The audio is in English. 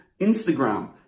Instagram